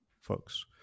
folks